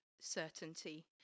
certainty